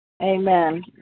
Amen